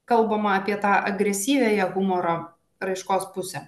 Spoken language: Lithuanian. kalbama apie tą agresyviąją humoro raiškos pusę